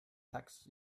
text